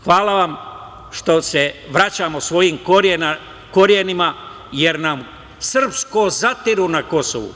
Hvala vam što se vraćamo svojim korenima, jer nam srpsko zatiru na Kosovu.